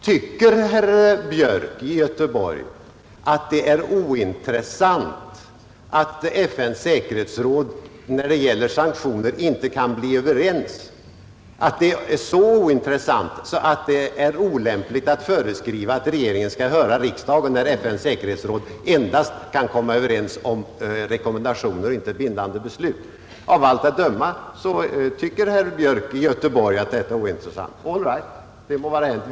Tycker herr Björk i Göteborg att det är ointressant att FN:s säkerhetsråd när det gäller sanktioner inte kan bli överens, att det är så ointressant att det är olämpligt att föreskriva att regeringen skall höra riksdagen, när FN:s säkerhetsråd endast kan komma överens om rekommendationer och inte bindande beslut? Av allt att döma tycker herr Björk i Göteborg att detta är ointressant. All right, det må vara hänt.